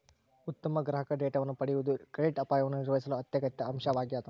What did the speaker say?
ಉತ್ತಮ ಗ್ರಾಹಕ ಡೇಟಾವನ್ನು ಪಡೆಯುವುದು ಕ್ರೆಡಿಟ್ ಅಪಾಯವನ್ನು ನಿರ್ವಹಿಸಲು ಅತ್ಯಗತ್ಯ ಅಂಶವಾಗ್ಯದ